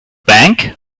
bank